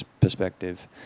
perspective